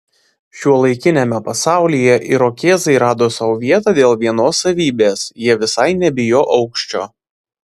šiuolaikiniame pasaulyje irokėzai rado sau vietą dėl vienos savybės jie visai nebijo aukščio